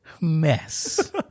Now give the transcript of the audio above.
mess